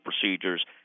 procedures